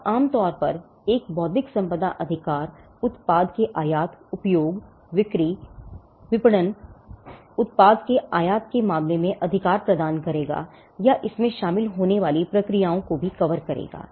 अब आम तौर पर एक बौद्धिक संपदा अधिकार उत्पाद के आयात उपयोग बिक्री विपणन उत्पाद के आयात के मामले में अधिकार प्रदान करेगा या इसमें शामिल होने वाली प्रक्रियाओं को भी कवर करेगा